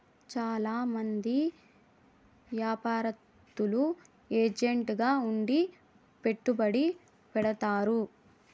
చాలా మంది యాపారత్తులు ఏజెంట్ గా ఉండి పెట్టుబడి పెడతారు